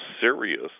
serious